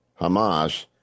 Hamas